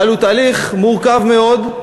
אבל הוא תהליך מורכב מאוד,